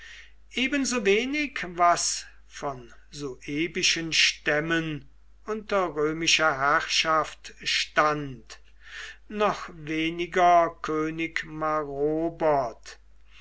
ebensowenig was von suebischen stämmen unter römischer herrschaft stand noch weniger könig